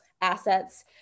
assets